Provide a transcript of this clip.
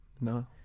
No